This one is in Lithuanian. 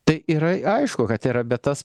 tai yra aišku kad yra bet tas